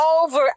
over